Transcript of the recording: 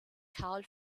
karl